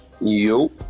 Yo